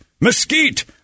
mesquite